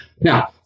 Now